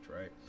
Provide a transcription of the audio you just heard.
right